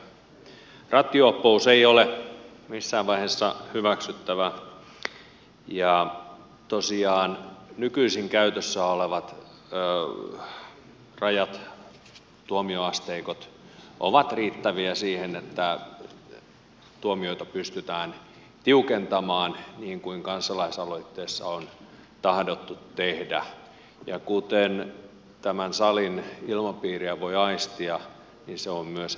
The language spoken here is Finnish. rattijuoppous ei ole missään vaiheessa hyväksyttävää ja tosiaan nykyisin käytössä olevat rajat tuomioasteikot ovat riittäviä siihen että tuomioita pystytään tiukentamaan niin kuin kansalaisaloitteessa on tahdottu tehdä ja jos tämän salin ilmapiiriä voi aistia niin se on myös eduskunnan tahto